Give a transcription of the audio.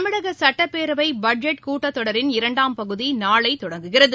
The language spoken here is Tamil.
தமிழகசட்டப்பேரவைபட்ஜெட் கூட்டத்தொடரின் இரண்டாம் பகுதிநாளைதொடங்குகிறது